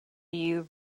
you